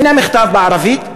הנה המכתב בערבית,